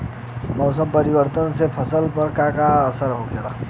मौसम परिवर्तन से फसल पर का असर होखेला?